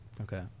Okay